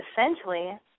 essentially